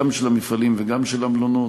גם של המפעלים וגם של המלונות,